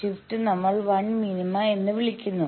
shift നമ്മൾ lmin എന്ന് വിളിക്കുന്നു